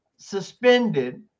suspended